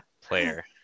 player